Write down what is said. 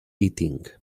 eating